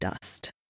dust